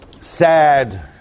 sad